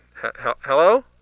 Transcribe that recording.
hello